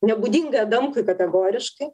nebūdinga adamkui kategoriškai